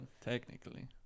technically